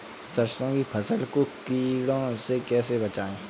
सरसों की फसल को कीड़ों से कैसे बचाएँ?